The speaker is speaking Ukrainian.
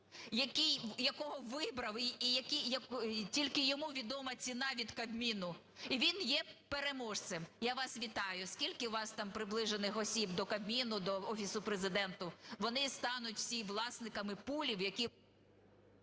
Пул, якого вибрав і тільки йому відома ціна Кабміну і він є переможцем. Я вас вітаю. Скільки у вас там приближених осіб до Кабміну, до Офісу Президента? Вони й стануть всі власниками пулів, які…